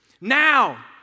now